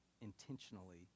intentionally